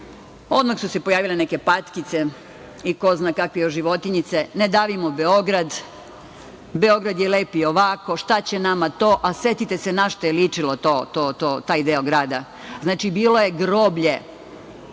Odmah su se pojavile neke patkice i ko zna kakve još životinjice - ne davimo Beograd, Beograd je lep i ovako, šta će nama to? Setite se na šta je ličio taj deo grada. Bilo je groblje